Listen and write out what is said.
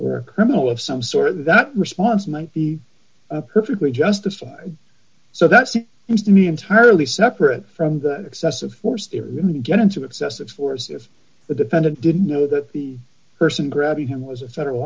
or criminal of some sort or that response might be perfectly justified so that's just me entirely separate from the excessive force when you get into excessive force if the defendant didn't know that the person grabbing him was a federal